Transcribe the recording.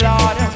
Lord